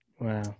Wow